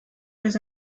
was